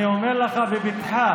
אני אומר לך בבטחה: